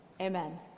Amen